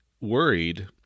worried